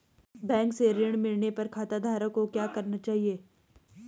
Bank से ऋण मिलने पर खाताधारक को क्या करना चाहिए?